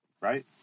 Right